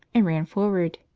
and ran forward.